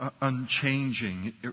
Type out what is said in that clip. unchanging